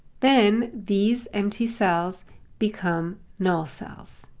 then these empty cells become null cells.